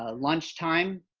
ah lunch time,